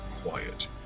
quiet